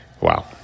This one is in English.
Wow